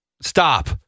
Stop